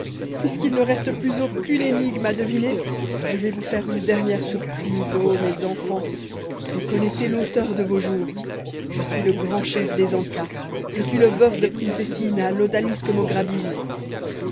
puisqu'il ne reste plus aucune énigme à deviner je vais vous faire une dernière surprise ô mes enfants reconnaissez l'auteur de vos jours je suis le grand chef des ancas je suis le veuf de princessina l'odalisque